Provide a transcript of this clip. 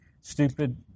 stupid